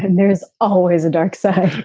and there's always a dark side